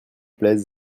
plaisent